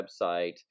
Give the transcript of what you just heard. website